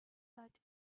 that